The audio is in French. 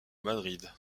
madrid